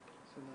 סיבה